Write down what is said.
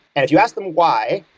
and if you ask them why,